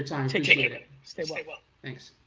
time. take care, stay well. thanks.